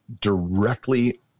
directly